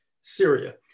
Syria